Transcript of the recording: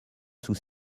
sous